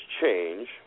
change